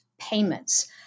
payments